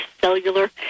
cellular